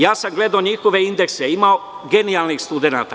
Ja sam gledao njihove indekse, ima genijalnih studenata.